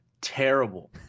Terrible